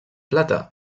plata